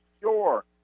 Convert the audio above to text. sure